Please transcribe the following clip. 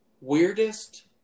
Weirdest